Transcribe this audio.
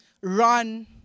run